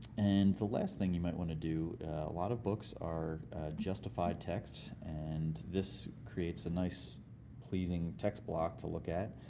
and the last thing you might want to do a lot of books are justified text and this creates a nice pleasing text block to look at.